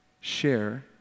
share